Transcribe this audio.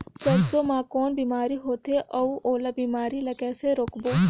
सरसो मा कौन बीमारी होथे अउ ओला बीमारी ला कइसे रोकबो?